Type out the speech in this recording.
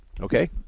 Okay